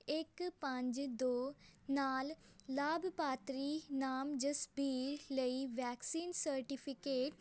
ਇੱਕ ਪੰਜ ਦੋ ਨਾਲ ਲਾਭਪਾਤਰੀ ਨਾਮ ਜਸਬੀਰ ਲਈ ਵੈਕਸੀਨ ਸਰਟੀਫਿਕੇਟ